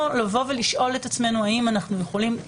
ולשאול את עצמנו האם אנחנו יכולים,